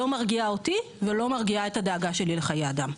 לא מרגיעה אותי ולא מרגיעה את הדאגה שלי לחיי אדם,